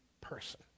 person